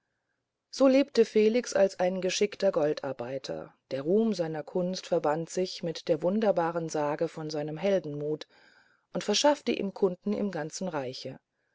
dort lebte felix als ein geschickter goldarbeiter der ruhm seiner kunst verband sich mit der wunderbaren sage von seinem heldenmut und verschaffte ihm kunden im ganzen reiche